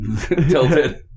tilted